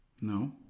no